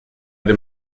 den